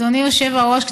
אדוני היושב-ראש,